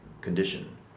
condition